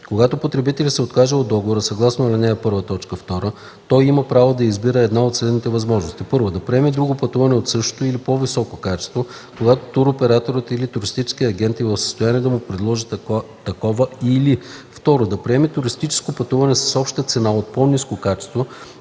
Когато потребителят се откаже от договора съгласно ал. 1, т. 2, той има право да избира една от следните възможности: 1. да приеме друго пътуване от същото или по-високо качество, когато туроператорът или туристическият агент е в състояние да му предложи такова, или 2. да приеме туристическо пътуване с обща цена от по-ниско качество,